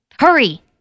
Hurry